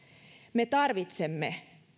me tarvitsemme